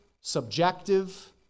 subjective